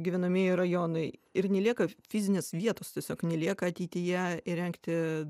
gyvenamieji rajonai ir nelieka fizinės vietos tiesiog nelieka ateityje įrengti